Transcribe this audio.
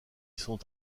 sont